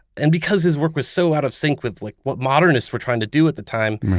and because his work was so out of sync with like what modernists were trying to do at the time,